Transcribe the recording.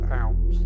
out